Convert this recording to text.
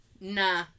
nah